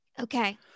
Okay